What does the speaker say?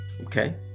Okay